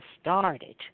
started